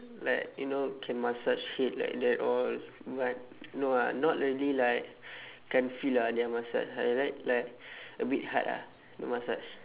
like you know can massage head like that all but no ah not really like can feel ah their massage I like like a bit hard ah the massage